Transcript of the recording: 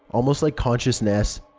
almost like consciousness,